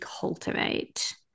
cultivate